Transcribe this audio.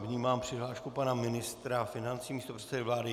Vnímám přihlášku pana ministra financí, místopředsedy vlády.